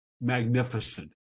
magnificent